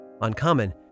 Uncommon